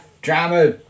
Drama